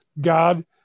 God